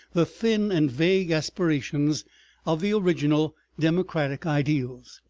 the thin and vague aspirations of the original democratic ideals.